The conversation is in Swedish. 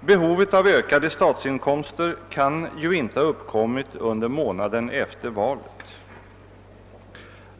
Behovet av ökade statsinkomster kan ju inte ha uppkommit under månaden efter valet.